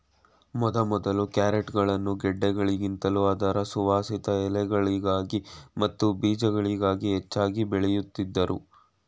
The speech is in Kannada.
ಮೊದಮೊದಲು ಕ್ಯಾರೆಟ್ಗಳನ್ನು ಗೆಡ್ಡೆಗಳಿಗಿಂತಲೂ ಅದರ ಸುವಾಸಿತ ಎಲೆಗಳಿಗಾಗಿ ಮತ್ತು ಬೀಜಗಳಿಗಾಗಿ ಹೆಚ್ಚಾಗಿ ಬೆಳೆಯುತ್ತಿದ್ದರು